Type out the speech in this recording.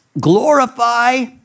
glorify